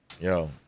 yo